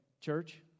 church